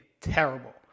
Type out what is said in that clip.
terrible